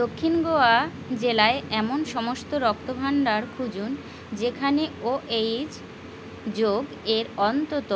দক্ষিণ গোয়া জেলায় এমন সমস্ত রক্তভাণ্ডার খুঁজুন যেখানে ও এইচ যোগ এর অন্তত